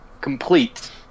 complete